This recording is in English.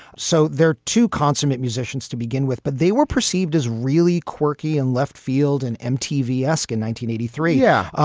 so they're two consummate musicians to begin with, but they were perceived as really quirky and left field and mtv esc in one eighty three. yeah,